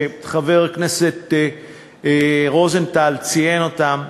וחבר הכנסת רוזנטל ציין אותן: